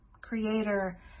creator